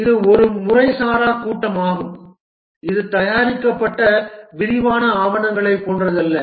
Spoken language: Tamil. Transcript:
இது ஒரு முறைசாரா கூட்டமாகும் இது தயாரிக்கப்பட்ட விரிவான ஆவணங்களைப் போன்றதல்ல